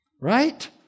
Right